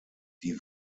die